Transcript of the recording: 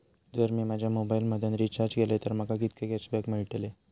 जर मी माझ्या मोबाईल मधन रिचार्ज केलय तर माका कितके कॅशबॅक मेळतले?